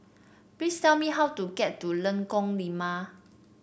please tell me how to get to Lengkok Lima